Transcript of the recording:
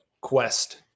Quest